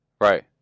Right